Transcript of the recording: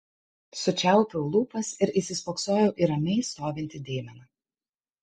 sučiaupiau lūpas ir įsispoksojau į ramiai stovintį deimeną